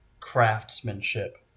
craftsmanship